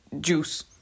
juice